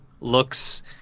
looks